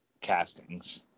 castings